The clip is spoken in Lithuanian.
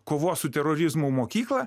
kovos su terorizmu mokyklą